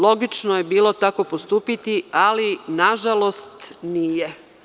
Logično je bilo tako postupiti, ali, nažalost, nije.